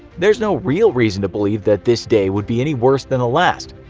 there's no real reason to believe that this day would be any worse than the last.